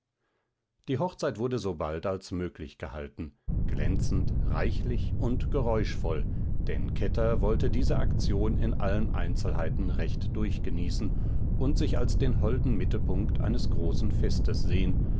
die hochzeit wurde so bald als möglich gehalten glänzend reichlich und geräuschvoll denn kätter wollte diese aktion in allen einzelheiten recht durchgenießen und sich als den holden mittelpunkt eines großen festes sehen